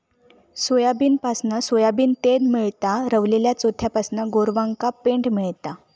सोयाबीनपासना सोयाबीन तेल मेळता, रवलल्या चोथ्यापासना गोरवांका पेंड मेळता